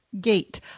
gate